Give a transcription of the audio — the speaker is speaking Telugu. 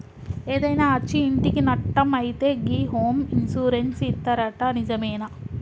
ఏదైనా అచ్చి ఇంటికి నట్టం అయితే గి హోమ్ ఇన్సూరెన్స్ ఇత్తరట నిజమేనా